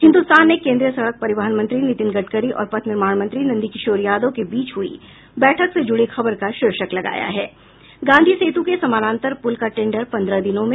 हिन्दुस्तान ने केन्द्रीय सड़क परिवहन मंत्री नितिन गडकरी और पथ निर्माण मंत्री नंदकिशोर यादव के बीच हुई बैठक से जुड़ी खबर का शीर्षक लगाया है गांधी सेतु के समानांतर पुल का टेंडर पन्द्रह दिनों में